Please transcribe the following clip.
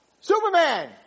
Superman